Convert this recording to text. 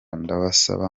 ndabasaba